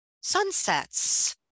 sunsets